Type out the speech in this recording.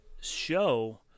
show